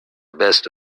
best